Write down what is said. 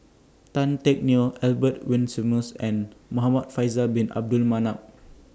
Tan Teck Neo Albert Winsemius and Muhamad Faisal Bin Abdul Manap